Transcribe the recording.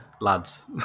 lads